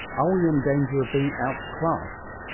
are we in danger of being outclassed?